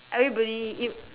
everybody if